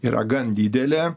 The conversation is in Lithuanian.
yra gan didelė